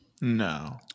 No